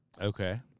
Okay